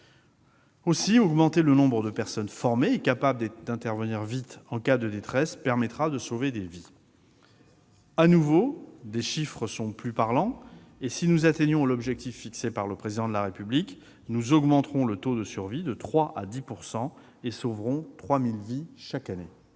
Aussi, augmenter le nombre de personnes formées et capables d'intervenir vite en cas de détresse permettra de sauver des vies. À nouveau, des chiffres seront plus parlants : si nous atteignons l'objectif fixé par le Président de la République, nous augmenterons le taux de survie de 3 % à 10 % et sauverons 3 000 vies chaque année.